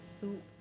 soup